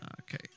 Okay